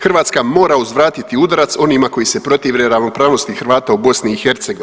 Hrvatska mora uzvratiti udarac onima koji se protive ravnopravnosti Hrvata u BiH.